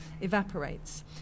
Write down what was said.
evaporates